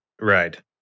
Right